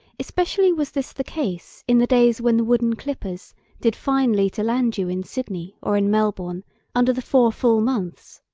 especially was this the case in the days when the wooden clippers did finely to land you in sydney or in melbourne under the four full months.